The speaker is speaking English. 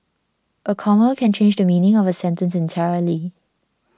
a comma can change the meaning of a sentence entirely